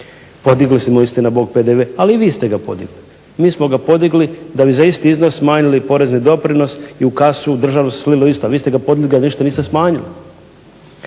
Podigli smo istina Bog PDV, ali i vi ste ga podigli. Mi smo ga podigli da bi za isti iznos smanjili porezni doprinos i u kasu državnu se slilo isto, a vi ste ga podigli a ništa niste smanjili.